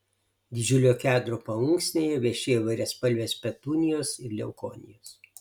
didžiulio kedro paunksnėje vešėjo įvairiaspalvės petunijos ir leukonijos